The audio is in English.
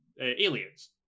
aliens